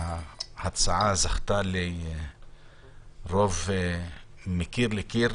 ההצעה זכתה לרוב מקיר לקיר.